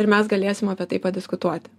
ir mes galėsim apie tai padiskutuoti